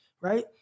right